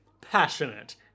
passionate